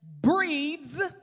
breeds